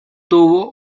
tuvo